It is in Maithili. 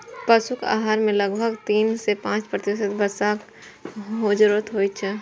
पशुक आहार मे लगभग तीन सं पांच प्रतिशत वसाक जरूरत होइ छै